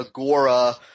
Agora